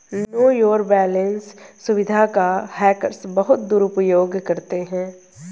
no your balance सुविधा का hackers बहुत दुरुपयोग करते हैं